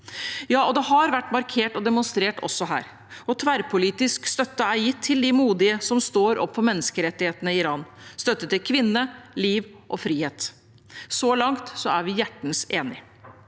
gang. Det har vært markert og demonstrert også her, og tverrpolitisk støtte er gitt til de modige som står opp for menneskerettighetene i Iran – støtte til «kvinne, liv, frihet». Så langt er vi hjertens enige.